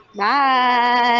bye